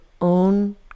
own